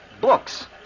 Books